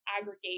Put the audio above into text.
aggregate